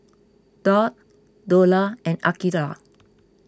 Daud Dollah and Aqeelah